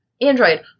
android